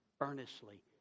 earnestly